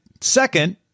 second